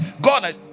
God